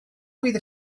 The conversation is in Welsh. fydd